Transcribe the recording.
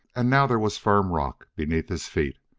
and now there was firm rock beneath his feet,